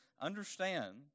understand